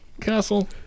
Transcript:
Castle